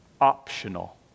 optional